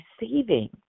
receiving